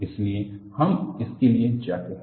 इसलिए हम इसके लिए जाते हैं